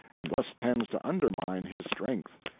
and thus tends to undermine his strength.